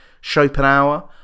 Schopenhauer